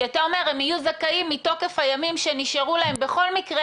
כי אתה אומר שהם יהיו זכאים מתוקף הימים שנשארו להם בכל מקרה,